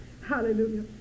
Hallelujah